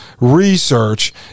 research